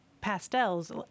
pastels